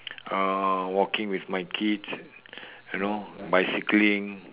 uh walking with my kids you know bicycling